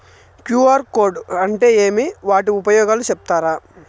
QR code అంటే ఏమి వాటి ఉపయోగాలు సెప్తారా?